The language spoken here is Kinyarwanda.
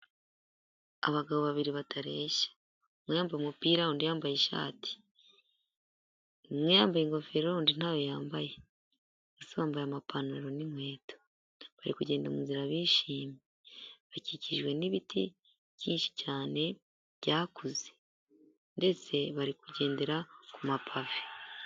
Abagabo babiri batareshya, umwe yambaye umupira undi yambaye ishati, umwe yambaye ingofero undi ntayo yambaye, bose bambaye amapantaro n'inkweto, bari kugenda mu nzira bishimye, bakikijwe n'ibiti byinshi cyane byakuze ndetse bari kugendera ku mapave.